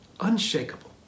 unshakable